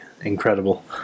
incredible